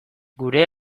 gure